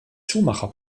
schumacher